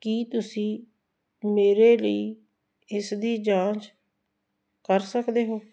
ਕੀ ਤੁਸੀਂ ਮੇਰੇ ਲਈ ਇਸ ਦੀ ਜਾਂਚ ਕਰ ਸਕਦੇ ਹੋ